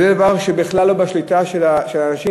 זה דבר שבכלל לא בשליטה של האנשים.